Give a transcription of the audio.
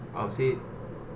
I'd say